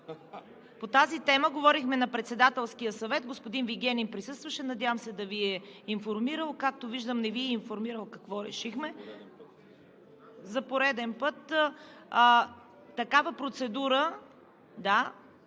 По тази тема говорихме на Председателския съвет – господин Вигенин присъстваше, надявам се да Ви е информирал. Както виждам, не Ви е информирал какво решихме. За пореден път такава процедура…